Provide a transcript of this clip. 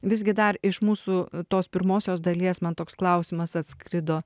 visgi dar iš mūsų tos pirmosios dalies man toks klausimas atskrido